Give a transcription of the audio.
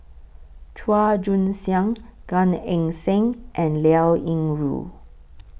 Chua Joon Siang Gan Eng Seng and Liao Yingru